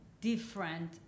different